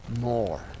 More